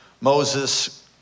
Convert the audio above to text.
Moses